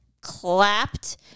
clapped